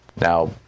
Now